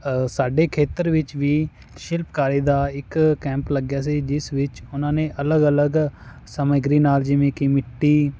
ਸਾਡੇ ਖੇਤਰ ਵਿੱਚ ਵੀ ਸ਼ਿਲਪਕਾਰੀ ਦਾ ਇੱਕ ਕੈਂਪ ਲੱਗਿਆ ਸੀ ਜਿਸ ਵਿੱਚ ਉਹਨਾਂ ਨੇ ਅਲੱਗ ਅਲੱਗ ਸਮੱਗਰੀ ਨਾਲ ਜਿਵੇਂ ਕਿ ਮਿੱਟੀ